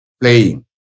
playing